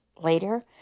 later